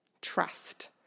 Trust